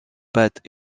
pattes